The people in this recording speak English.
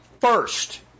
first